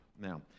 Now